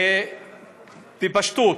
בפשטות,